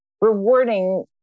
rewarding